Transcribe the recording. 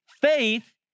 Faith